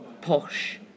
posh